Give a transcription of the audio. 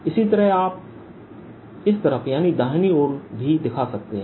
इसी तरह आप इस तरफ यानी दाहिनी दाईं ओर भी दिखा सकते हैं